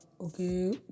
okay